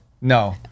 No